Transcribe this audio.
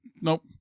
Nope